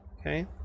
okay